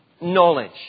knowledge